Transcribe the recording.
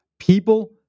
People